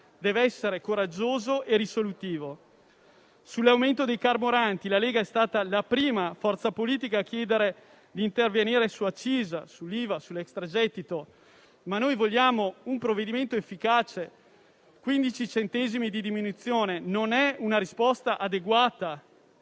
deve essere coraggioso e risolutivo. Sull'aumento dei carburanti la Lega è stata la prima forza politica a chiedere di intervenire sulle accise, sull'IVA, sull'extragettito, ma noi vogliamo un provvedimento efficace: una diminuzione di 15 centesimi non è una risposta adeguata.